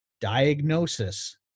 diagnosis